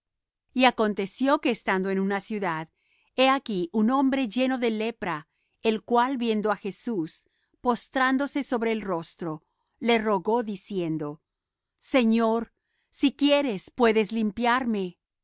y aconteció que estando en una ciudad he aquí un hombre lleno de lepra el cual viendo á jesús postrándose sobre el rostro le rogó diciendo señor si quieres puedes limpiarme